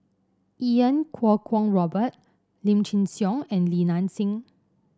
Iau Kuo Kwong Robert Lim Chin Siong and Li Nanxing